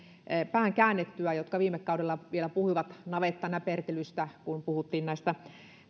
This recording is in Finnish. käännettyä he viime kaudella vielä puhuivat navettanäpertelystä kun puhuttiin näistä